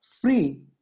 free